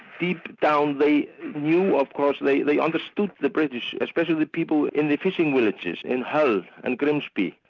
deep down, they knew of course, they they understood the british, especially the people in the fishing villages in hull and grimsby,